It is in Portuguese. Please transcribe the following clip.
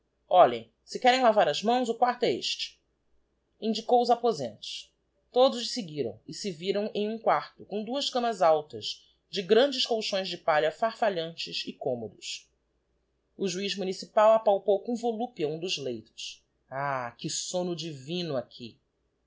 olhem si querem lavar as mãos o quarto é este indicou os aposentos todos o seguiram e se viram em um quarto com duas camas altas de grandes colchões de palha farfalhantes e cornmodos o juiz municipal apalpou com volúpia um dos leitos ah que somno divino aqui